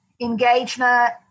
engagement